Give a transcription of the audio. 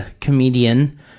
comedian